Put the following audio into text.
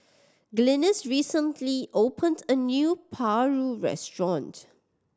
Glynis recently opened a new paru restaurant